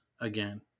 again